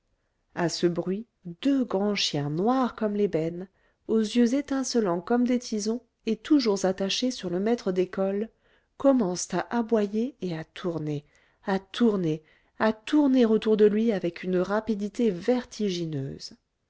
à ce bruit deux grands chiens noirs comme l'ébène aux yeux étincelants comme des tisons et toujours attachés sur le maître d'école commencent à aboyer et à tourner à tourner à tourner autour de lui avec une rapidité vertigineuse